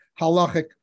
halachic